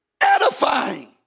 edifying